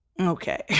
Okay